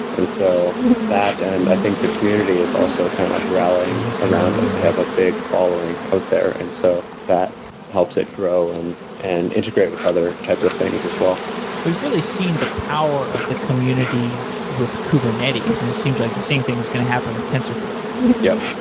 so that and i think the community is also kind of rallying around it. they have a big following out there and so that helps it grow and and integrate with other types of things as well we've really seen the power of the community with kubernetes and it seems like the same thing is going to happen with tensorflow yup.